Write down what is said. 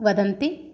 वदन्ति